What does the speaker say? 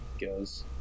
goes